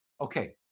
Okay